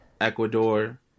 Ecuador